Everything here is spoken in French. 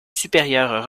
supérieur